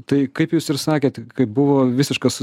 tai kaip jūs ir sakėt kai buvo visiškas